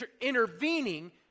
intervening